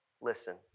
Listen